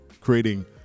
creating